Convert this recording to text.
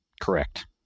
Correct